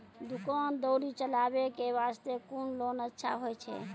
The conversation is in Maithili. दुकान दौरी चलाबे के बास्ते कुन लोन अच्छा होय छै?